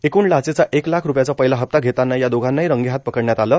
एकृण लाचेचा एक लाख रूपयांचा पहिला हप्ता घेतांना या दोघांनाही रंगेहात पकडण्यात आलं